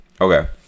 Okay